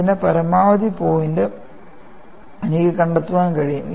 ഇതിന്റെ പരമാവധി പോയിന്റ് എനിക്ക് കണ്ടെത്താൻ കഴിയും